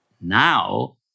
Now